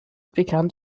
bekannt